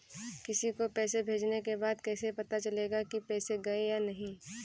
किसी को पैसे भेजने के बाद कैसे पता चलेगा कि पैसे गए या नहीं?